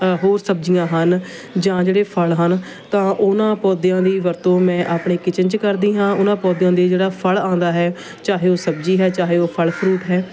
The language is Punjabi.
ਹੋਰ ਸਬਜ਼ੀਆਂ ਹਨ ਜਾਂ ਜਿਹੜੇ ਫਲ ਹਨ ਤਾਂ ਉਹਨਾਂ ਪੌਦਿਆਂ ਦੀ ਵਰਤੋਂ ਮੈਂ ਆਪਣੇ ਕਿਚਨ 'ਚ ਕਰਦੀ ਹਾਂ ਉਹਨਾਂ ਪੌਦਿਆਂ ਦੇ ਜਿਹੜਾ ਫਲ ਆਉਂਦਾ ਹੈ ਚਾਹੇ ਉਹ ਸਬਜ਼ੀ ਹੈ ਚਾਹੇ ਉਹ ਫਲ ਫਰੂਟ ਹੈ